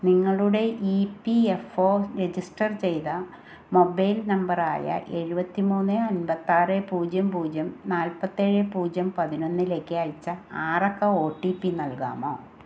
നിങ്ങളുടെ E P F O register ചെയ്ത mobile നമ്പറായ എഴുപത്തി മൂന്ന് അൻപത്താറ് പൂജ്യം പൂജ്യം നാൽപ്പത്തേഴ് പൂജ്യം പതിനൊന്നിലേക്ക് അയച്ച ആറക്ക ഒ ടി പി നൽകാമോ